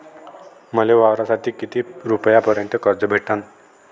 मले वावरासाठी किती रुपयापर्यंत कर्ज भेटन?